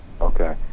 Okay